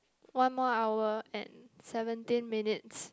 one more hour and seventeen minutes